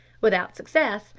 without success,